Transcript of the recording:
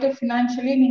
financially